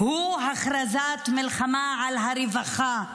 הוא הכרזת מלחמה על הרווחה,